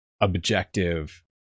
objective